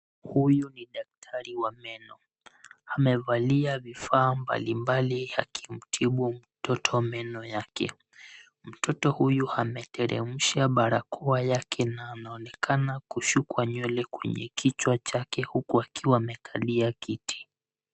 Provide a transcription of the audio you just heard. Huyu ni daktari wa meno amevalia vifaa mbali mbali akimtibu mtoto meno yake. Mtoto huyu ameteremsha barakoa yake na anaonekana kushukwa nywele kwenye kichwa chake huku akiwa amekalia kiti.